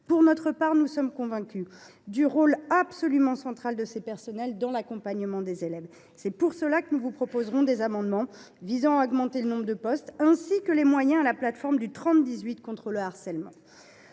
Pour notre part, nous sommes convaincus du rôle absolument central de ces personnels dans l’accompagnement des élèves. C’est la raison pour laquelle nous vous proposerons d’adopter des amendements visant à augmenter le nombre de postes ainsi que les moyens consacrés à la plateforme 3018 contre le harcèlement.